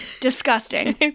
Disgusting